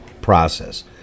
process